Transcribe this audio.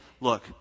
look